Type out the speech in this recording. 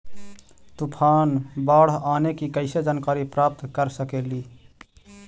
तूफान, बाढ़ आने की कैसे जानकारी प्राप्त कर सकेली?